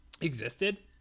existed